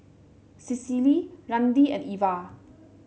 Cecily Randi and Ivah